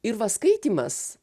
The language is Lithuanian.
ir va skaitymas